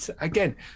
Again